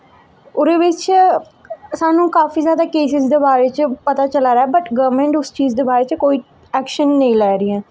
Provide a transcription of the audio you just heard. ओह्दे बिच्च सानू काफी जादा केसिस दे बारे च पता चला दा बट गौरमैंट उस चीज दे बारे च कोई ऐक्शन नेईं लै दी ऐ